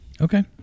okay